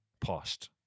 past